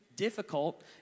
difficult